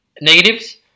Negatives